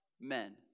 men